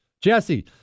Jesse